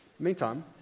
Meantime